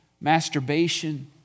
masturbation